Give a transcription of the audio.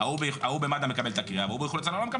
ההוא במד"א מקבל את הקריאה וההוא באיחוד והצלה לא מקבל